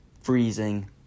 freezing